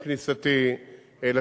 עם כניסתי לתפקיד,